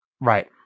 Right